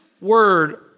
word